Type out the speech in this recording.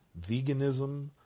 veganism